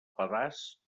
pedaç